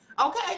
Okay